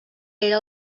era